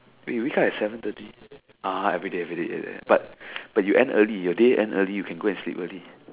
wait you wake up at seven thirty ah everyday everyday but but you end early your day end early you can go and sleep early